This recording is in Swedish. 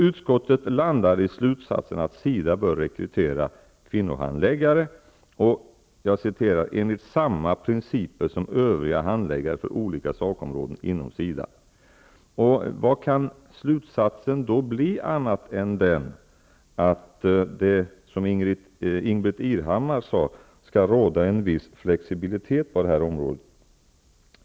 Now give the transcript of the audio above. Utskottet landar i slutsatsen att SIDA bör rekrytera kvinnohandläggare ''enligt samma principer som övriga handläggare för olika sakområden inom Vad kan slutsatsen då bli annat än att det som Ingbritt Irhammar sade skall råda en viss flexibilitet på detta område.